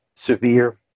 severe